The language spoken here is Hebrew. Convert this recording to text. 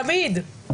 תמיד,